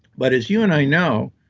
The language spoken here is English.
but as you and i know,